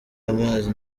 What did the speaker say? amazi